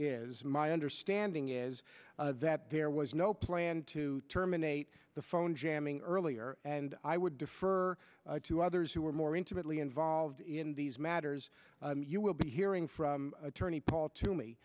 is my understanding is that there was no plan to terminate the phone jamming earlier and i would defer to others who are more intimately involved in these matters you will be hearing from attorney paul toome